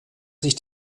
sich